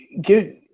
give